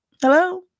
Hello